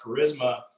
charisma